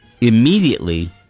immediately